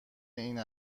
این